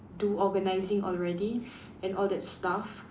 do organising already and all that stuff